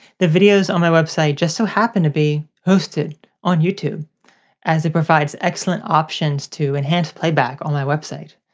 the videos on my website just so happens to be hosted on youtube as it provides excellent options to enhance playback on my website.